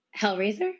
Hellraiser